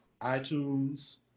iTunes